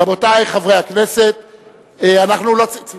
רבותי חברי הכנסת, צלצלנו.